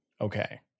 Okay